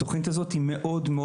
התוכנית הזאת היא מקיפה,